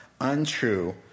untrue